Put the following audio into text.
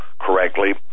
correctly